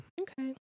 Okay